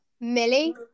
Millie